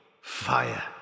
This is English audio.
Fire